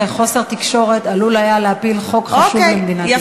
אתה רואה לפעמים איך חוסר תקשורת עלול להפיל חוק חשוב במדינת ישראל.